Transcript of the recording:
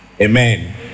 Amen